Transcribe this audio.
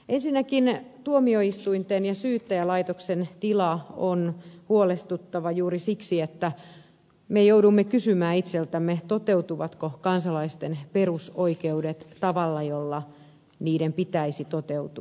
ensinnäkin tuomioistuinten ja syyttäjälaitoksen tila on huolestuttava juuri siksi että me joudumme kysymään itseltämme toteutuvatko kansalaisten perusoikeudet tavalla jolla niiden pitäisi toteutua